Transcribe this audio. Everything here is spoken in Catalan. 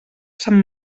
sant